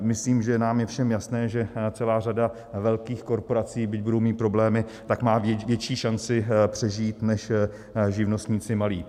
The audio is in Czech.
Myslím, že nám je všem jasné, že celá řada velkých korporací, byť budou mít problémy, má větší šanci přežít než živnostníci malí.